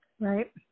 Right